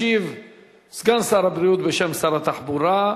ישיב סגן שר הבריאות בשם שר התחבורה.